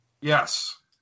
yes